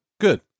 good